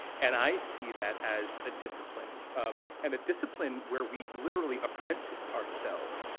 and i see that as a discipline um and a discipline where we literally apprentice ourselves,